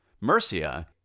Mercia